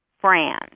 Fran